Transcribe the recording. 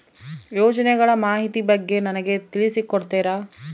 ಯೋಜನೆಗಳ ಮಾಹಿತಿ ಬಗ್ಗೆ ನನಗೆ ತಿಳಿಸಿ ಕೊಡ್ತೇರಾ?